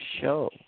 show